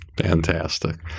Fantastic